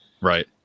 Right